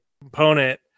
component